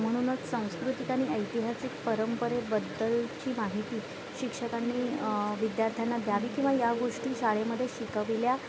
म्हणूनच सांस्कृतिक आणि ऐतिहासिक परंपरेबद्दलची माहिती शिक्षकांनी विद्यार्थ्यांना द्यावी किंवा या गोष्टी शाळेमध्ये शिकविल्या